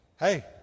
hey